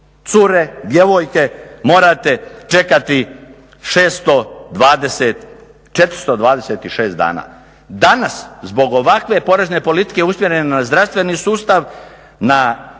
cure, djevojke morate čekati 426 dana. Danas zbog ovakve porezne politike usmjerene na zdravstveni sustav na